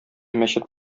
мәчет